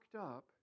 up